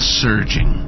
surging